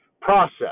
process